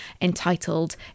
entitled